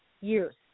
years